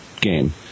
game